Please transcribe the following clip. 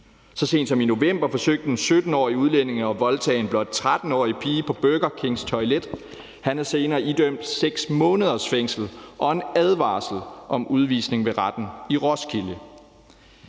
Så sent som i november forsøgte en 17-årig udlænding at voldtage en blot 13-årig pige på Burger Kings toilet. Han er senere idømt 6 måneders fængsel og en advarsel om udvisning ved Retten i Roskilde.